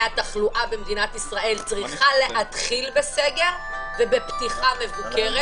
התחלואה במדינת ישראל צריכה להתחיל בסגר ובפתיחה מבוקרת